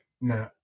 No